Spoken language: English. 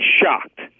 shocked